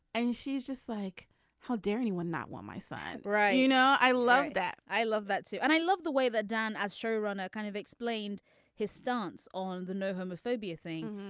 and she's just like how dare anyone not want my son. right you know i love that. i love that and i love the way that dan as showrunner kind of explained his stance on the no homophobia thing.